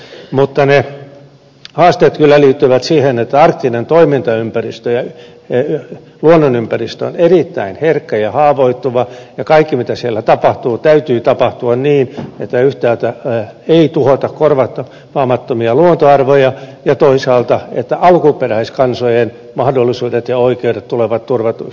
mutta ne haasteet kyllä liittyvät siihen että arktinen toimintaympäristö ja luonnonympäristö on erittäin herkkä ja haavoittuva ja kaiken mitä siellä tapahtuu täytyy tapahtua niin että yhtäältä ei tuhota korvaamattomia luontoarvoja ja että toisaalta alkuperäiskansojen mahdollisuudet ja oikeudet tulevat turvatuiksi